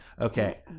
Okay